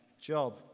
job